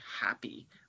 happy